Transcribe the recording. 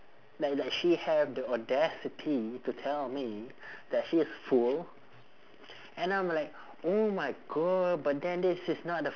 like like she have the audacity to tell me that she's full and I'm like oh my god but then this is not the